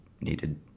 needed